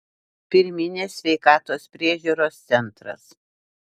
pirminės sveikatos priežiūros centras